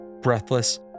Breathless